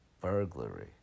burglary